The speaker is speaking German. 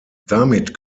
damit